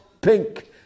pink